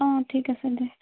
অঁ ঠিক আছে দে